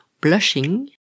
Blushing